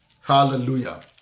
Hallelujah